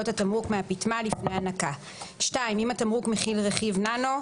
התמרוק מהפטמה לפני הנקה"; (2)אם התמרוק מכיל רכיב ננו: